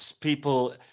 people